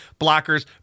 blockers